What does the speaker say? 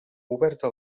oberta